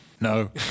No